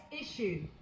issue